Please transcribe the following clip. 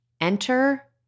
Enter